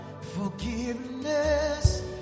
Forgiveness